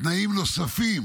תנאים נוספים